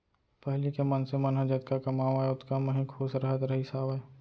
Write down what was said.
पहिली के मनसे मन ह जतका कमावय ओतका म ही खुस रहत रहिस हावय